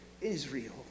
Israel